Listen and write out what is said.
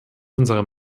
unserer